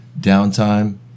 downtime